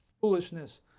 foolishness